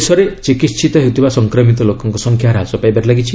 ଦେଶରେ ଚିକିହିତ ହେଉଥିବା ସଂକ୍ରମିତ ଲୋକଙ୍କ ସଂଖ୍ୟା ହ୍ରାସ ପାଇବାରେ ଲାଗିଛି